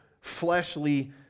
fleshly